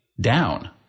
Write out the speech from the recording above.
down